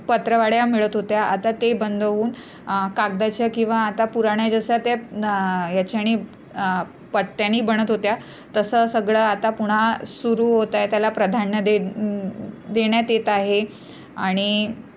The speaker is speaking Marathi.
पत्रावळ्या मिळत होत्या आता ते बंद होऊन कागदाच्या किंवा आता पुरान्या जसं त्या न याच्याने पट्ट्यांनी बनत होत्या तसं सगळं आता पुन्हा सुरू होतं आहे त्याला प्राधान्य दे देण्यात येत आहे आणि